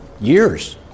years